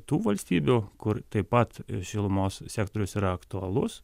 tų valstybių kur taip pat šilumos sektorius yra aktualus